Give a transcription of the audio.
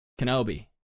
Kenobi